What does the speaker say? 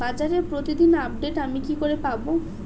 বাজারের প্রতিদিন আপডেট আমি কি করে পাবো?